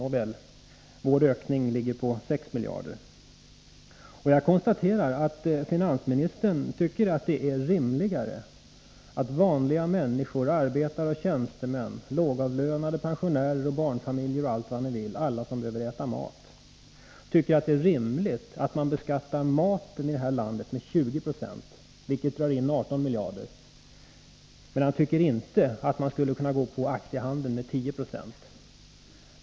Nåväl, vår ökning ligger på 6 miljarder. Jag konstaterar att finansministern tycker att det är rimligt att man för vanliga människor, arbetare och tjänstemän, lågavlönade, pensionärer, barnfamiljer och allt vad ni vill, alla som behöver äta, beskattar maten med 20 9, vilket drar in 18 miljarder. Men han tycker inte att man skulle kunna beskatta aktiehandeln med 10 96.